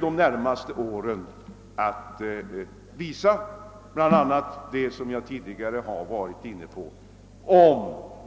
De närmaste åren kommer att visa — den saken har jag tidigare varit inne på — om